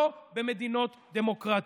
לא במדינות דמוקרטיות.